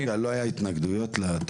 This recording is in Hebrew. רגע לא היו התנגדויות לתוכנית?